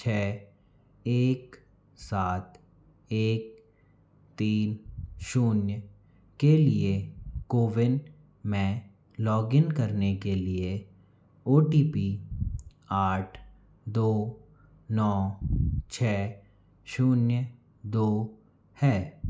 छ एक सात एक तीन शून्य के लिए कोविन में लॉगिन करने के लिए ओ टी पी आठ दो नौ छ शून्य दो है